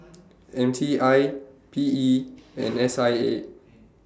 M T I P E and S I A